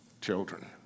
children